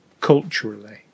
culturally